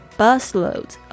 busloads